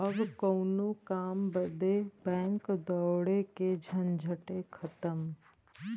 अब कउनो काम बदे बैंक दौड़े के झंझटे खतम